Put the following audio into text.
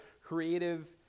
creative